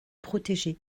protégées